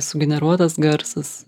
sugeneruotas garsas